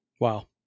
Wow